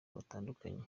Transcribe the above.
batandukanye